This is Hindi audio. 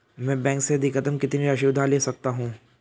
मैं बैंक से अधिकतम कितनी राशि उधार ले सकता हूँ?